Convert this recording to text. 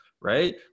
Right